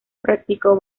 practicó